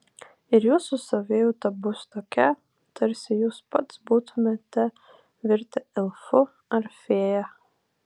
ir jūsų savijauta bus tokia tarsi jūs pats būtumėte virtę elfu ar fėja